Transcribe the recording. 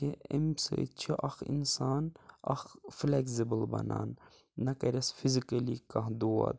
کہِ امہِ سۭتۍ چھِ اَکھ اِنسان اَکھکھ فلیکزِبٕل بَنان نہ کَرسہِ فِزِکٔلی کانٛہہ دود